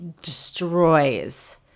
destroys